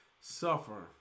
Suffer